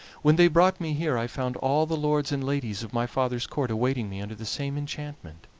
when they brought me here i found all the lords and ladies of my father's court awaiting me under the same enchantment,